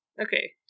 Okay